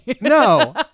No